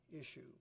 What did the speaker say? issue